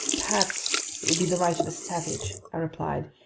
perhaps it would be the right of a savage, i replied.